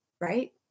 right